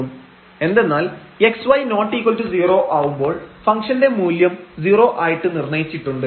fylim┬Δx→0 f0Δy f00Δy 0 എന്തെന്നാൽ xy≠0 ആവുമ്പോൾ ഫംഗ്ഷൻറെ മൂല്യം 0 ആയിട്ട് നിർണയിച്ചിട്ടുണ്ട്